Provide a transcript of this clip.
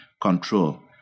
control